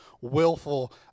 willful